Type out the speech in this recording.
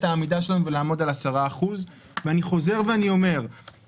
המספר ולעמוד על 10%. אני חוזר ואומר,